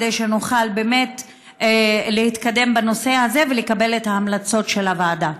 כדי שנוכל באמת להתקדם בנושא הזה ולקבל את ההמלצות של הוועדה.